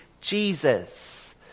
Jesus